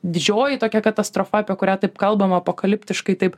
didžioji tokia katastrofa apie kurią taip kalbama apokaliptiškai taip